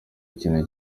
ikintu